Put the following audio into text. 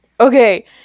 Okay